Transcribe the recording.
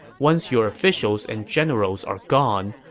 once your officials and generals are gone,